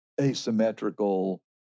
asymmetrical